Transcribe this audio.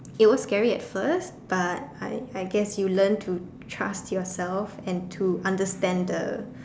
it was scary at first but I I guess you learn to trust yourself and to understand the